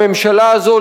הממשלה הזאת,